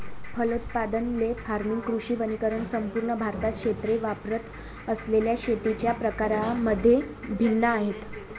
फलोत्पादन, ley farming, कृषी वनीकरण संपूर्ण भारतात क्षेत्रे वापरत असलेल्या शेतीच्या प्रकारांमध्ये भिन्न आहेत